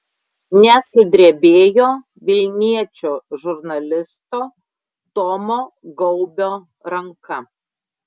nesudrebėjo vilniečio žurnalisto tomo gaubio ranka